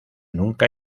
nunca